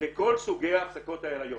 לכל סוגי הפסקות ההריון.